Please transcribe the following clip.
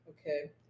Okay